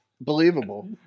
believable